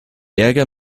ärger